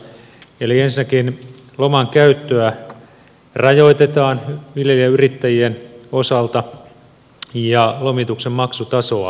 ensinnäkin loman käyttöä rajoitetaan viljelijäyrittäjien osalta ja lomituksen maksutasoa korotetaan